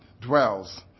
dwells